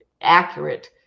accurate